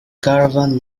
caravan